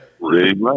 Right